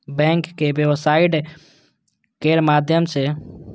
बैंकक वेबसाइट केर माध्यम सं ऑनलाइन कर्ज लेल आवेदन कैल जा सकैए